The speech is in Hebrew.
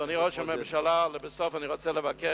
אדוני ראש הממשלה, לבסוף אני רוצה לבקש: